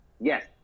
yes